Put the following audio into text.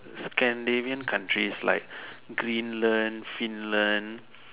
Scandinavian countries like Greenland Finland